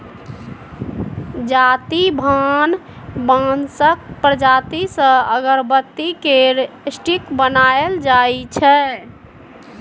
जाति भान बाँसक प्रजाति सँ अगरबत्ती केर स्टिक बनाएल जाइ छै